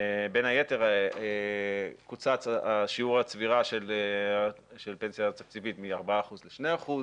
בין היתר קוצץ שיעור הצבירה של פנסיה תקציבית מ-4% ל-2%,